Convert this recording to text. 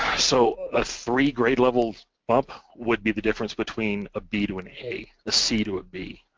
so a three grade-level bump would be the difference between a b to an a, a c to a b.